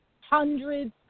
hundreds